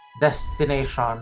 destination